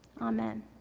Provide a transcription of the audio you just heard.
Amen